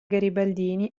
garibaldini